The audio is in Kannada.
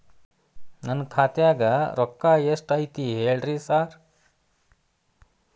ನನ್ ಖಾತ್ಯಾಗ ರೊಕ್ಕಾ ಎಷ್ಟ್ ಐತಿ ಹೇಳ್ರಿ ಸಾರ್?